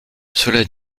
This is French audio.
cela